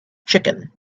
chicken